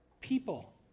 people